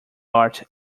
art